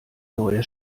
neue